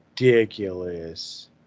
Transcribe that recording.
ridiculous